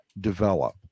develop